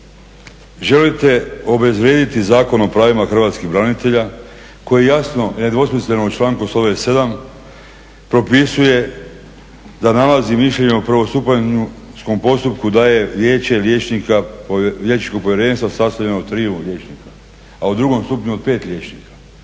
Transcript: Želite obezvrijediti Zakon o pravima hrvatskih branitelja koji jasno i nedvosmisleno u članku 127. propisuje da nalaz i mišljenje u prvostupanjskom postupku daje Vijeće liječničkog povjerenstva sastavljeno od triju liječnika, a u drugom stupnju od pet liječnika.